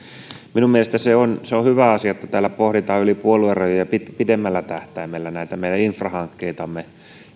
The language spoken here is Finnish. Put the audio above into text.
minun mielestäni se on se on hyvä asia että täällä pohditaan yli puoluerajojen ja pidemmällä tähtäimellä näitä meidän infrahankkeitamme